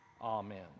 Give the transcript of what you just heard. Amen